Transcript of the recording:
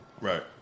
right